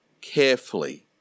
carefully